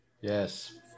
Yes